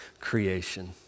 creation